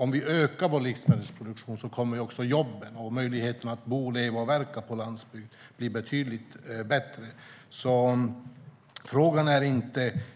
Om vi ökar vår livsmedelsproduktion kommer också jobben och möjligheterna att bo, leva och verka på landsbygd att bli betydligt bättre. Frågan är